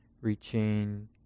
reaching